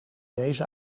deze